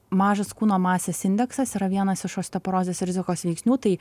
mažas kūno masės indeksas yra vienas iš osteoporozės rizikos veiksnių tai